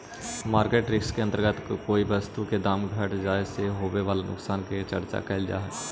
market risk के अंतर्गत कोई वस्तु के दाम घट जाए से होवे वाला नुकसान के चर्चा कैल जा हई